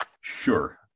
sure